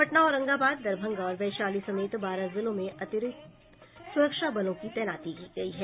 पटना औरंगाबाद दरभंगा और वैशाली समेत बारह जिलों में अतिरिक्त सुरक्षा बलों की तैनाती की गयी है